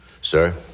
sir